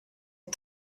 est